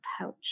pouch